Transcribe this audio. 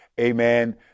amen